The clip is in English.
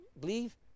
believe